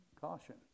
caution